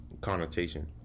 connotation